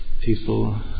people